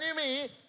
enemy